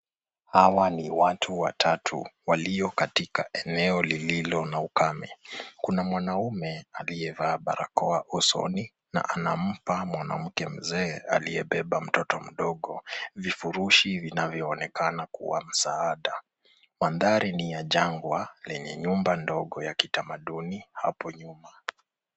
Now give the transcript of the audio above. Hawa ni watu watatu walio katika eneo lililo na ukame. Kuna mwanaume aliyevaa barakoa usoni na anampa mwanamke mzee aliyebeba mtoto mdogo vifurushi vinavyoonekana kuwa msaada. Mandhari ni ya jangwa yenye nyumba ndogo ya kitamaduni hapo nyuma.